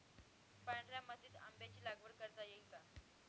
पांढऱ्या मातीत आंब्याची लागवड करता येईल का?